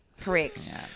Correct